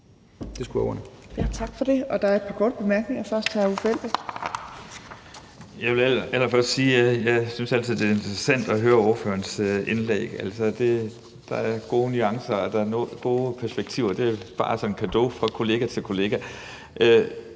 (Trine Torp): Tak for det. Der er et par korte bemærkninger. Først er det hr. Uffe Elbæk. Kl. 16:32 Uffe Elbæk (FG): Jeg vil allerførst sige, at jeg altid synes, det er interessant at høre ordførerens indlæg. Der er gode nuancer, og der er gode perspektiver. Det er bare sådan en cadeau fra kollega til kollega,